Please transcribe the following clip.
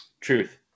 Truth